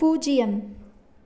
பூஜ்ஜியம்